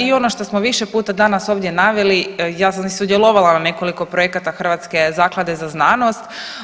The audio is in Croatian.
I ono što smo više puta danas ovdje naveli, ja sam i sudjelovala na nekoliko projekata Hrvatske zaklade za znanost.